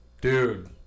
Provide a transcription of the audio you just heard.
Dude